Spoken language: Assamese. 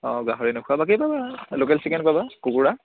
অঁ গাহৰি নোখোৱা বাকী পাবা লোকেল চিকেন পাবা কুকুৰা